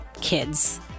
kids